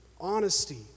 honesty